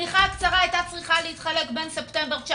השמיכה הקצרה הייתה צריכה להתחלק בין ספטמבר 19